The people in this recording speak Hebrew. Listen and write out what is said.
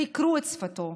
חקרו את שפתו,